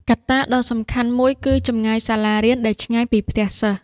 កត្តាដ៏សំខាន់មួយគឺចម្ងាយសាលារៀនដែលឆ្ងាយពីផ្ទះសិស្ស។